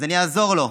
אז אני אעזור לו.